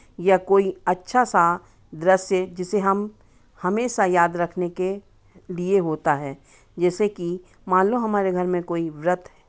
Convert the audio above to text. या कोई अच्छा सा दृश्य जिसे हम हमेशा याद रखने के लिए होता है जैसे कि मान लो हमारे घर में कोई व्रत है